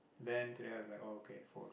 then today I was like oh okay four o-clock